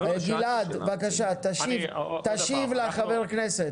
גלעד בבקשה תשיב לחבר הכנסת.